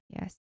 yes